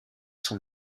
son